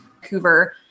Vancouver